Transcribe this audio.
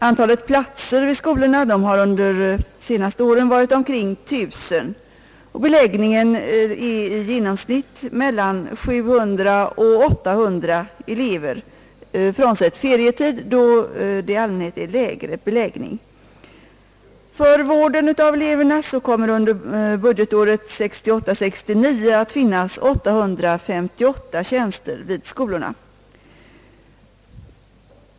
Antalet platser vid skolorna har under de senaste åren varit omkring 1000, och beläggningen är i genomsnitt 700 å 800 elever, frånsett ferietid, då beläggningen i allmänhet är lägre. För vården av eleverna kommer under budgetåret 1968/ 69 att finnas 858 tjänster vid skolorna.